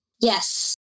Yes